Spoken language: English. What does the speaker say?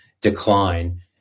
decline